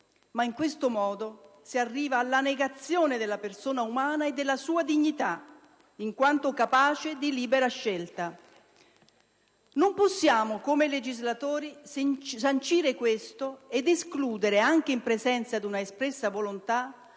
Ma in questo modo si arriva alla negazione della persona umana e della sua dignità, in quanto capace di libera scelta. Non possiamo, come legislatori, sancire questo ed escludere, anche in presenza di un'espressa volontà,